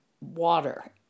water